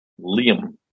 Liam